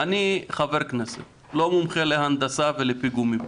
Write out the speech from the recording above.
אני חבר כנסת, לא מומחה להנדסה ולפיגומים.